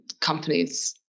companies